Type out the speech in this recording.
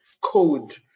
code